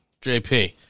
JP